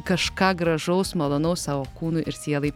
kažką gražaus malonaus savo kūnui ir sielai